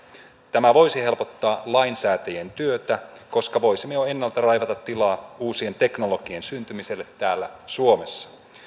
tämä voisi helpottaa lainsäätäjien työtä koska voisimme jo ennalta raivata tilaa uusien teknologioiden syntymiselle täällä suomessa